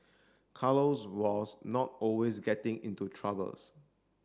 Carlos was not always getting into troubles